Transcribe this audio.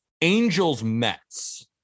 Angels-Mets